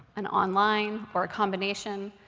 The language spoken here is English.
in online, or a combination.